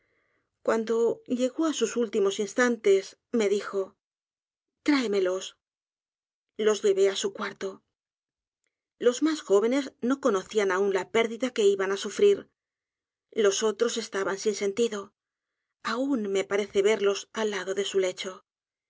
cuando llegó á sus últimos instantes me dijo tráemelos los llevé á su cuarto los mas jóvenes no conocían aun la pérdida que iban á sufrir los otros estaban sin sentido aun me parece verlos al lado de su lecho